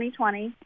2020